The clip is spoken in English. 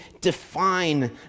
define